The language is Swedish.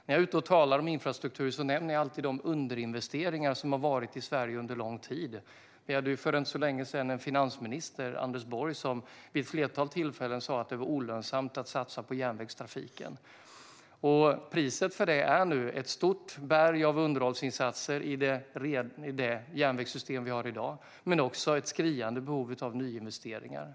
När jag är ute och talar om infrastruktur nämner jag alltid de underinvesteringar som har varit i Sverige under lång tid. För inte så länge sedan hade vi en finansminister - Anders Borg - som vid ett flertal tillfällen sa att det var olönsamt att satsa på järnvägstrafiken. Priset för det är nu ett stort berg av underhållsinsatser i det järnvägssystem som vi har i dag. Men det är också ett skriande behov av nyinvesteringar.